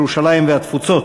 ירושלים והתפוצות,